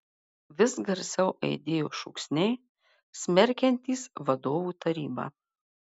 vis garsiau aidėjo šūksniai smerkiantys vadovų tarybą